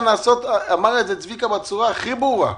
אמר את זה צביקה בצורה הכי ברורה.